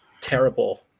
terrible